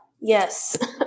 Yes